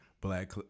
Black